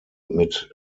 mit